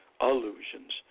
illusions